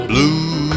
Blue